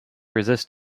resist